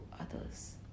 others